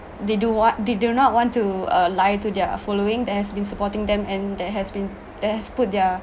they do what they do not want to uh lie to their following that has been supporting them and that has been that has put their